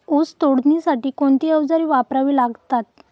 ऊस तोडणीसाठी कोणती अवजारे वापरावी लागतात?